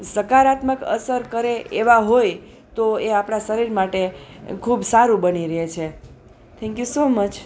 સકારાત્મક અસર કરે એવા હોય તો એ આપણા શરીર માટે ખૂબ સારું બની રહે છે થેન્ક યુ સો મચ